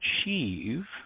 achieve